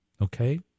Okay